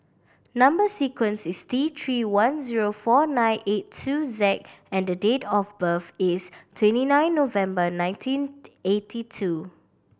number sequence is T Three one zero four nine eight two Z and the date of birth is twenty nine November nineteen eighty two